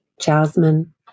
jasmine